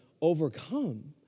overcome